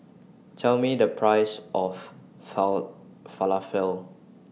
Tell Me The Price of Falafel